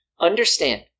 Understand